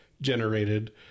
generated